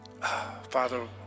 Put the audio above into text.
Father